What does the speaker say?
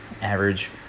average